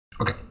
Okay